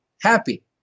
happy